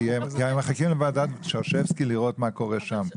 כי מחכים לוועדת שרשרבסקי לראות מה קורה שם.